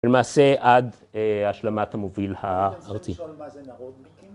‫למעשה, עד השלמת המוביל הארצי.